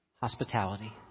Hospitality